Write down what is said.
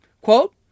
Quote